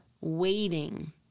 waiting